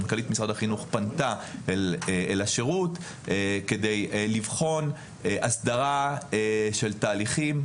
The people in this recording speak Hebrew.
מנכ"לית משרד החינוך פנתה לשירות כדי לבחון הסדרה של תהליכים,